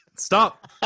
stop